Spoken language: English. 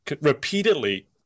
repeatedly